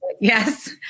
yes